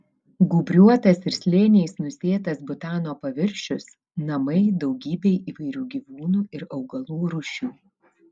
gūbriuotas ir slėniais nusėtas butano paviršius namai daugybei įvairių gyvūnų ir augalų rūšių